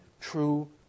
true